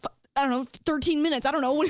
but i don't know thirteen minutes, i don't know